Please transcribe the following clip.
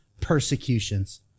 persecutions